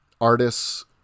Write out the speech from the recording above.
artists